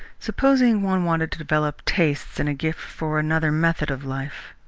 supposing one wanted to develop tastes and a gift for another method of life?